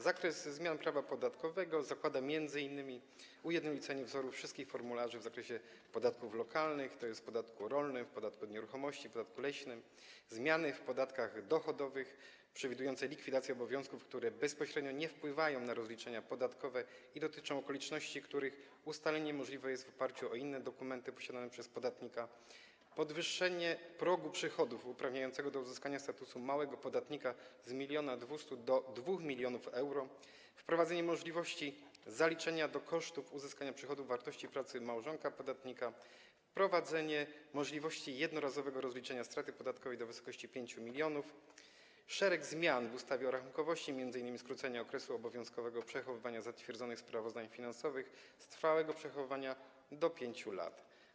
Zakres zmian prawa podatkowego obejmuje m.in. ujednolicenie wzorów wszystkich formularzy w zakresie podatków lokalnych, tj. podatku rolnego, podatku od nieruchomości i podatku leśnego, oraz zmiany w podatkach dochodowych przewidujące: likwidację obowiązków, które bezpośrednio nie wpływają na rozliczenia podatkowe i dotyczą okoliczności, których ustalenie możliwe jest w oparciu o inne dokumenty posiadane przez podatnika; podwyższenie progu przychodów uprawniającego do uzyskania statusu małego podatnika z 1,2 mln do 2 mln euro; wprowadzenie możliwości zaliczenia do kosztów uzyskania przychodów wartości pracy małżonka podatnika; wprowadzenie możliwości jednorazowego rozliczenia straty podatkowej do wysokości 5 mln, a także szereg zmian w ustawie o rachunkowości, m.in. skrócenie okresu obowiązkowego przechowywania zatwierdzonych sprawozdań finansowych z trwałego przechowywania do 5 lat.